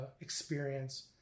experience